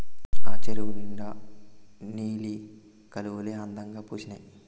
ఆ చెరువు నిండా నీలి కలవులే అందంగా పూసీనాయి